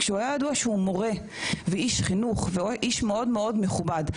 שהיה ידוע שהוא מורה ואיש חינוך ואיש מאוד מאוד מכובד.